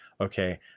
okay